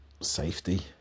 Safety